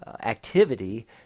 activity